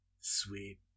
Sweet